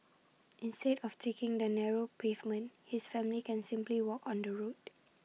instead of taking the narrow pavement his family can simply walk on the road